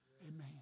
Amen